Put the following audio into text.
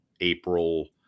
April